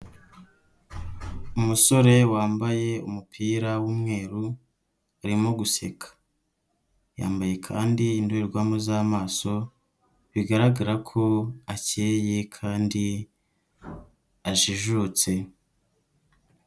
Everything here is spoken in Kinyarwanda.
Umusore wambaye umupira w'umweru arimo guseka, yambaye kandi indorerwamo z'amaso bigaragara ko akeye kandi ajijutse.